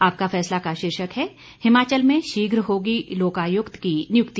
आपका फैसला का शीर्षक है हिमाचल में शीघ्र होगी लोकायुक्त की नियुक्ति